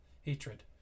hatred